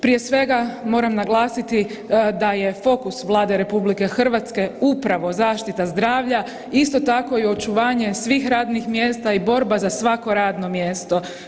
Prije svega moram naglasiti da je fokus Vlade RH upravo zaštita zdravlja, isto tako očuvanje svih radnih mjesta i borba za svako radno mjesto.